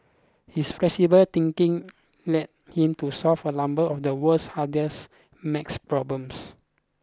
his flexible thinking led him to solve a number of the world's hardest maths problems